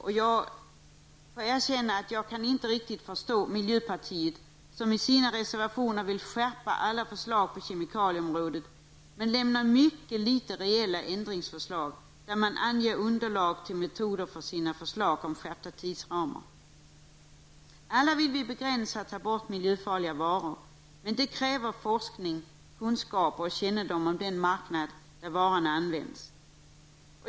Men jag måste erkänna att jag inte riktigt förstår miljöpartiet, som i sina reservationer vill skärpa alla förslag på kemikalieområdet. Samtidigt lägger man fram mycket få reella ändringsförslag som anger metoder för skärpta tidsramar. Alla vill vi begränsa användningen av eller ta bort miljöfarliga varor. För att kunna göra detta måste vi öka våra kunskaper sätta in mer forskning och få kännedom om den marknad där varorna används.